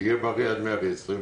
שיהיה בריא עד מאה ועשרים,